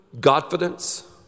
confidence